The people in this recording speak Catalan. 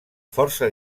força